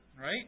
right